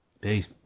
Peace